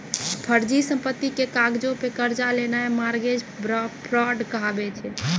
फर्जी संपत्ति के कागजो पे कर्जा लेनाय मार्गेज फ्राड कहाबै छै